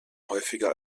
häufiger